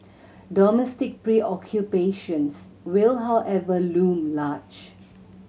domestic preoccupations will however loom large